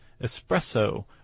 espresso